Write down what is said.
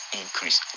increase